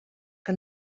que